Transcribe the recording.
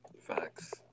Facts